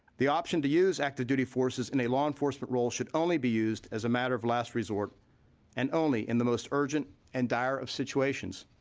the option to use active duty forces in a law enforcement role should only be used as a matter of last resort and only in the most urgent and dire of situations